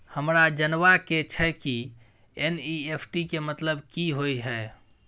हमरा जनबा के छै की एन.ई.एफ.टी के मतलब की होए है?